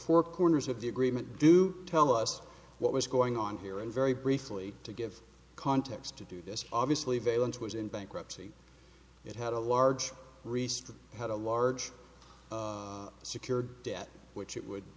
four corners of the agreement do tell us what was going on here and very briefly to give context to do this obviously valence was in bankruptcy it had a large restrict had a large secured debt which it would